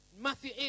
Matthew